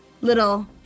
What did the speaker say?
little